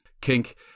Kink